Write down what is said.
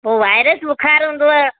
virus ब़ुखारु हूंदव